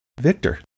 Victor